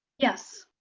yes.